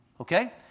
Okay